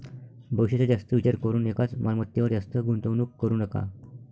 भविष्याचा जास्त विचार करून एकाच मालमत्तेवर जास्त गुंतवणूक करू नका